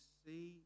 see